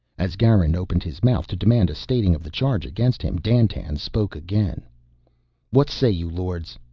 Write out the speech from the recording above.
as garin opened his mouth to demand a stating of the charge against him, dandtan spoke again what say you, lords?